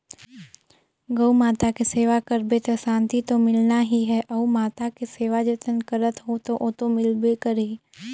गउ माता के सेवा करबे त सांति तो मिलना ही है, गउ माता के सेवा जतन करत हो त ओतो मिलबे करही